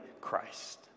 Christ